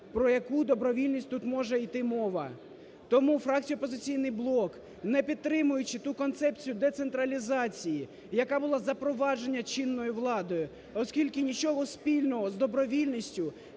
Про яку добровільність тут може йти мова? Тому фракція "Опозиційний блок", не підтримуючи ту концепцію децентралізації, яка була запроваджена чинною владою, оскільки нічого спільного з добровільністю